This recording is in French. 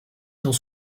n’ont